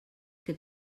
que